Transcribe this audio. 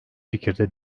fikirde